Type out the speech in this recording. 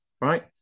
right